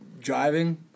driving